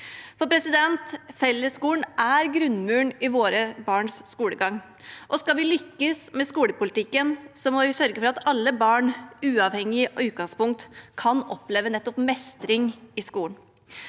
for fellesskolen er grunnmuren i våre barns skolegang. Skal vi lykkes med skolepolitikken, må vi sørge for at alle barn uavhengig av utgangspunkt kan oppleve nettopp mestring i skolen.